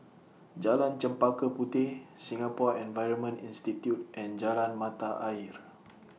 Jalan Chempaka Puteh Singapore Environment Institute and Jalan Mata Ayer